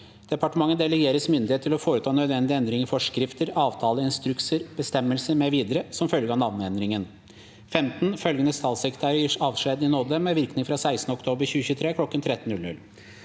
Departementet delegeres myndighet til å foreta nødvendige endringer i forskrifter, avtaler, instrukser, bestemmelser mv. som følge av navneendringen. 15. Følgende statssekretærer gis avskjed i nåde med virkning fra 16. oktober 2023 kl. 13.00: